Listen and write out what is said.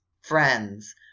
Friends